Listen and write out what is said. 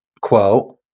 Quote